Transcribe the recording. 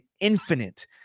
infinite